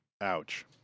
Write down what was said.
Ouch